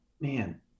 man